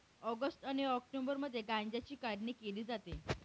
August आणि ऑक्टोबरमध्ये गांज्याची काढणी केली जाते